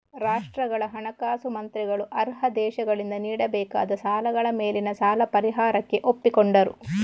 ರಾಷ್ಟ್ರಗಳ ಹಣಕಾಸು ಮಂತ್ರಿಗಳು ಅರ್ಹ ದೇಶಗಳಿಂದ ನೀಡಬೇಕಾದ ಸಾಲಗಳ ಮೇಲಿನ ಸಾಲ ಪರಿಹಾರಕ್ಕೆ ಒಪ್ಪಿಕೊಂಡರು